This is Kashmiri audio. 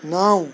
نو